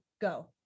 Go